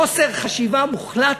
חוסר חשיבה מוחלט.